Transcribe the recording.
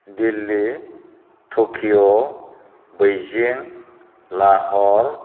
Delhi Tokyo Beijing Lahore